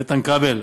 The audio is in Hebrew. איתן כבל,